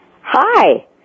Hi